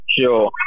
Sure